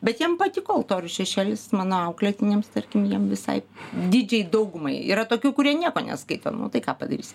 bet jiem patiko altorių šešėlis mano auklėtiniams tarkim jiem visai didžiai daugumai yra tokių kurie nieko neskaito tai ką padarysi